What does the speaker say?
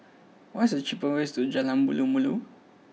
what is the cheapest way to Jalan Malu Malu